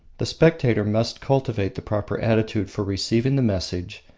the spectator must cultivate the proper attitude for receiving the message,